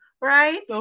right